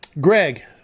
Greg